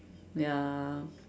ya